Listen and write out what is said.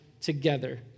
together